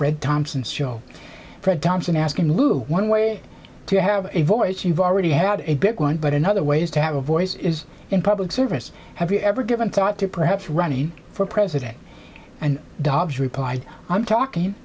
fred thompson's show fred thompson asking lou one way to have a voice you've already had a big one but another way is to have a voice is in public service have you ever given thought to perhaps running for president and dobbs replied i'm talking